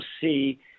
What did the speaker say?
see